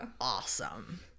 awesome